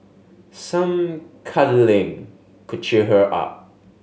some cuddling could cheer her up